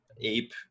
ape